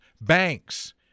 banks